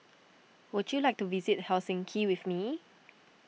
would you like to visit Helsinki with me